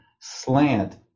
slant